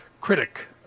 critic